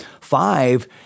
five